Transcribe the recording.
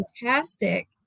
fantastic